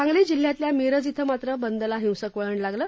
सांगली जिल्ह्यातल्या मिरज इथं मात्र या बंदला हिंसक वळण लागलं